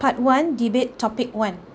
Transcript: part one debate topic one